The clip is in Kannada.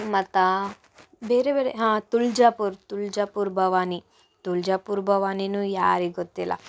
ಮತ್ತು ಬೇರೆ ಬೇರೆ ಹಾಂ ತುಳ್ಜಾಪುರ್ ತುಳ್ಜಾಪುರ್ ಭವಾನಿ ತುಳ್ಜಾಪುರ್ ಭವಾನಿಯೂ ಯಾರಿಗೆ ಗೊತ್ತಿಲ್ಲ